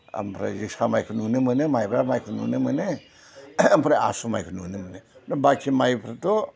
आमफ्राय जोसा माइखौ नुनो मोनो माइब्रा माइखौ नुनो मोनो आमफ्राय आसु माइखौ नुनो मोनो बाखि माइफ्राथ'